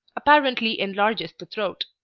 apparently enlarges the throat.